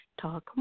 Talk